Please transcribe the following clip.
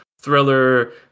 thriller